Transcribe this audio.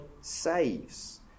saves